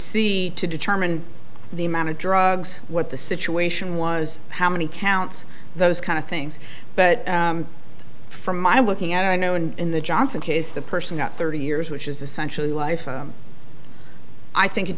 see to determine the amount of drugs what the situation was how many counts those kind of things but from my looking at i know and in the johnson case the person got thirty years which is essentially life i think it